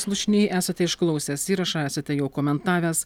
slušny esate išklausęs įrašą esate jau komentavęs